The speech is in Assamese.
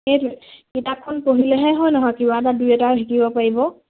সেইটোৱে এই কিতাপখন পঢ়িলেহে হয় নহয় কিবা এটা দুই এটা শিকিব পাৰিব